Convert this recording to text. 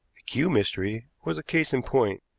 kew mystery was a case in point.